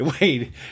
Wait